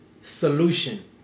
solution